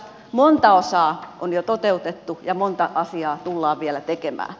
monta osaa on jo toteutettu ja monta asiaa tullaan vielä tekemään